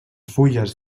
fulles